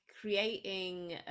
creating